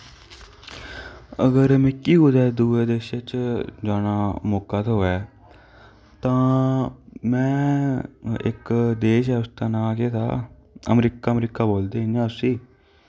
अगर मिगी कूदे दूऐ देशे च जाना मौका थोऐ तां में इक देश ऐ उसदा नांऽ जेह्ड़ा अमरीका अमरीका बोलदे इ'यां उस्सी